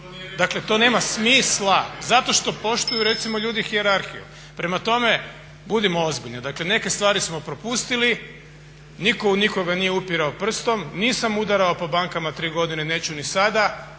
Dakle to nema smisla. Zato što poštuju recimo ljudi hijerarhiju. Prema tome, budimo ozbiljni. Dakle neke stvari smo propustili, nitko u nikoga nije upirao prstom, nisam udarao po bankama tri godine, neću ni sada,